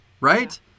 Right